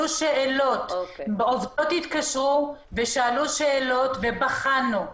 עובדות התקשרו, שאלו שאלות ובחנו.